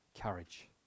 courage